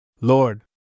Lord